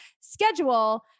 schedule